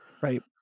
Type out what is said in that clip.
right